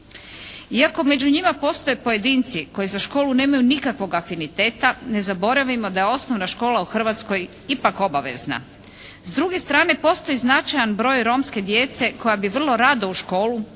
Iako među njima postoje pojedini koji za školu nemaju nikakvog afiniteta ne zaboravimo da je osnovna škola u Hrvatskoj ipak obavezna. S druge strane, postoji značajan broj romske djece koja bi vrlo rado u školu